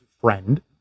friend